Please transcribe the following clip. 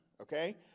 okay